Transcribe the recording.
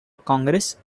congress